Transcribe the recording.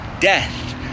death